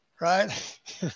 right